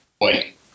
Wait